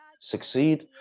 succeed